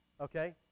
okay